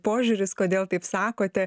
požiūris kodėl taip sakote